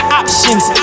options